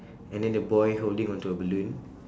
and then a boy holding onto a balloon